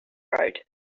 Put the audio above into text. road